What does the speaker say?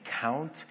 count